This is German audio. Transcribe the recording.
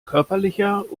körperlicher